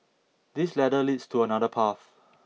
this ladder leads to another path